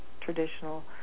traditional